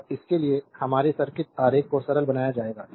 और इसके लिए हमारे सर्किट आरेख को सरल बनाया जाएगा